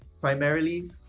primarily